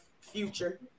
future